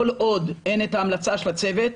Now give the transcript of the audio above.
כל עוד אין את ההמלצה של הצוות,